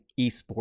eSports